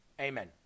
Amen